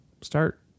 start